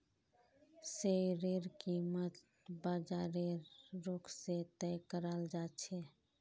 शेयरेर कीमत बाजारेर रुख से तय कराल जा छे